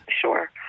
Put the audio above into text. Sure